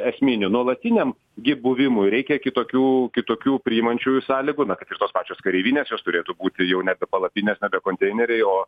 esminių nuolatiniam gi buvimui reikia kitokių kitokių priimančiųjų sąlygų na kad ir tos pačios kareivinės jos turėtų būti jau nebe palapinės nebe konteineriai o